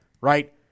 Right